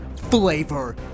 Flavor